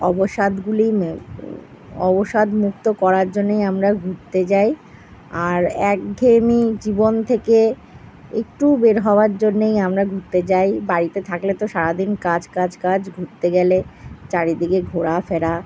অবসাদগুলি মে অবসাদ মুক্ত করার জন্যই আমরা ঘুরতে যাই আর একঘেয়েমি জীবন থেকে একটু বের হওয়ার জন্যেই আমরা ঘুরতে যাই বাড়িতে থাকলে তো সারাদিন কাজ কাজ কাজঘুরতে গেলে চারদিকে ঘোরা ফেরা